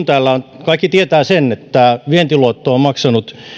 täällä kaikki tietävät sen että vientiluotto on maksanut